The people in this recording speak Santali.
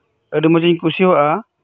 ᱟᱹᱰᱤ ᱢᱚᱸᱡᱤᱧ ᱠᱩᱥᱤᱭᱟᱜᱼᱟ